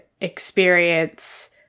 experience